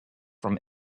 from